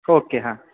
okay हां